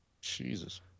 Jesus